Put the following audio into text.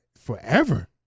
Forever